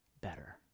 better